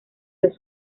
los